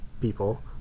people